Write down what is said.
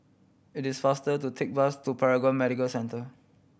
it is faster to take bus to Paragon Medical Centre